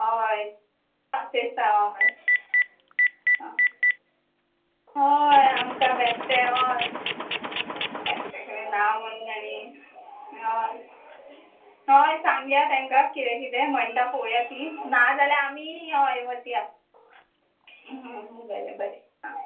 हय ते सांग हय हय आमकां बेस्तें हय तांचे कडेन ना म्हणय सांगया तेंकां किदें किदें म्हणटा पळोवया ती ना जाल्यार आमी हय वतया बरें बरें आं